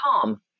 Calm